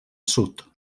sud